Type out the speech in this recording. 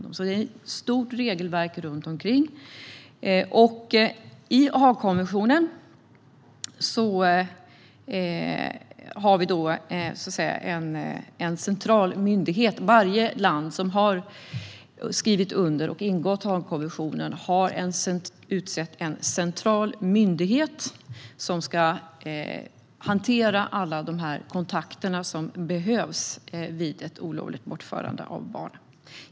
Det finns alltså ett stort regelverk runt omkring. Varje land som har skrivit under och antagit Haagkonventionen har utsett en central myndighet som ska hantera alla de kontakter som behövs vid ett olovligt bortförande av barn.